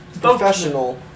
professional